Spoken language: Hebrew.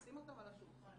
לשים אותם על השולחן,